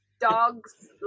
dogs